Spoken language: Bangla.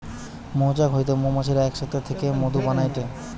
মৌচাক হইতে মৌমাছিরা এক সাথে থেকে মধু বানাইটে